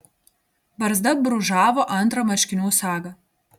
barzda brūžavo antrą marškinių sagą